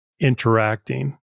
interacting